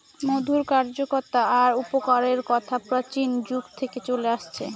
মধুর কার্যকতা আর উপকারের কথা প্রাচীন যুগ থেকে চলে আসছে